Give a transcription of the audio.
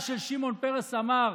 שמעון פרס אמר: